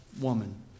woman